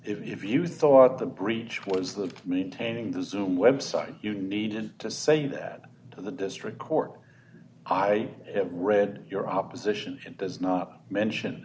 if you thought the breach was that maintaining the zoom website you needed to say that the district court i have read your opposition does not mention